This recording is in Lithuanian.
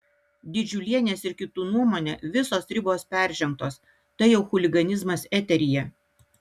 didžiulienės ir kitų nuomone visos ribos peržengtos tai jau chuliganizmas eteryje